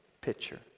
picture